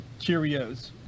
Cheerios